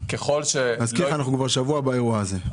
אנחנו כבר שבוע באירוע הזה.